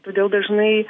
todėl dažnai